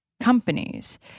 companies